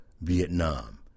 Vietnam